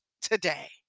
today